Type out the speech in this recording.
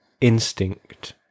instinct